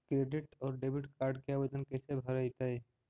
Credit और debit card के आवेदन कैसे भरैतैय?